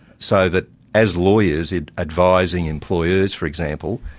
so that as lawyers it. advising employers, for example,